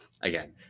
Again